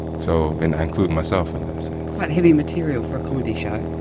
so and i include myself in this. quite heavy material for a comedy show.